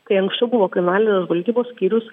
tai anksčiau buvo kriminalinės žvalgybos skyrius